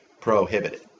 prohibited